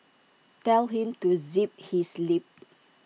tell him to zip his lip